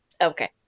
Okay